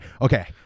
Okay